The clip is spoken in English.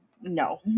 no